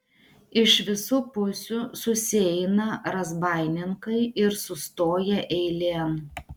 iš visų pusių susieina razbaininkai ir sustoja eilėn